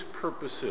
purposes